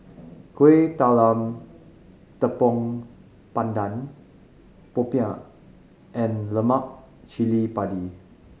Kueh Talam Tepong Pandan popiah and lemak cili padi